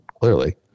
Clearly